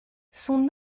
son